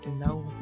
no